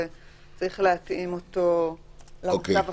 וצריך להתאים אותו למצב החדש.